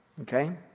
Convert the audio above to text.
Okay